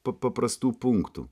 pa paprastų punktų